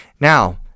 Now